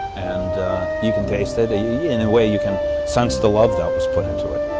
and you can taste it and, in a way, you can sense the love that was put into it.